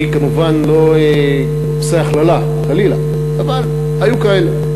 אני כמובן לא עושה הכללה חלילה, אבל היו כאלה.